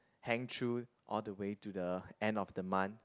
hang through all the way to the end of the month